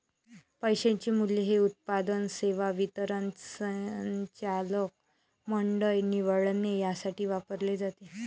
पैशाचे मूल्य हे उत्पादन, सेवा वितरण, संचालक मंडळ निवडणे यासाठी वापरले जाते